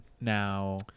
Now